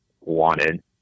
wanted